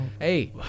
Hey